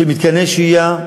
מתקני שהייה,